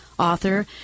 author